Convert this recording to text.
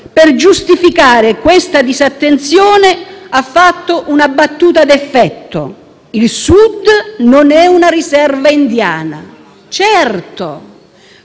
per giustificare questa disattenzione, ha fatto una battuta a effetto: il Sud non è una riserva indiana. Certo,